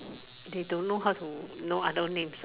they don't know how to know other names